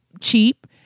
cheap